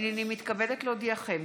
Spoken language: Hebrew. הינני מתכבדת להודיעכם,